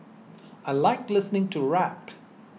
I like listening to rap